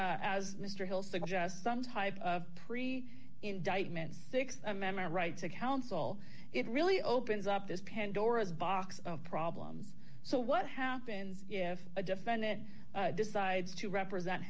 a as mister hill suggests some type of pre indictment th amendment right to counsel it really opens up this pandora's box of problems so what happens if a defendant decides to represent